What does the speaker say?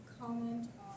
comment